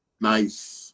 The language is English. Nice